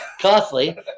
costly